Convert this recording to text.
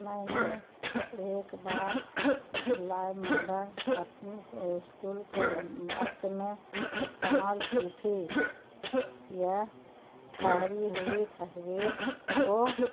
میں نے ایک بار لائیو ماڈل اپنی اسکول کے وقت میں استعمال کی تھی یہ ٹھہری ہوئی تصویر کو